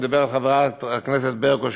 אני מדבר על חברת הכנסת ברקו,